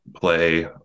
play